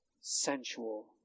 Sensual